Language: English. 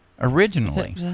originally